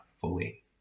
fully